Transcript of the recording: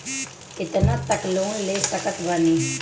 कितना तक लोन ले सकत बानी?